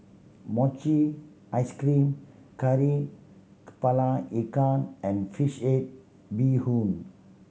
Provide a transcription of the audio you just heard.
mochi ice cream Kari Kepala Ikan and fish head bee hoon